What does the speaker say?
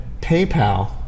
PayPal